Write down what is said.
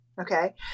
Okay